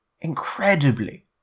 incredibly